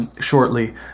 shortly